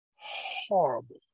horrible